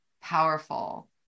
powerful